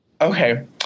Okay